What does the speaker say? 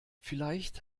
vielleicht